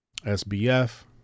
SBF